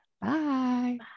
Bye